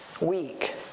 weak